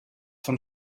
von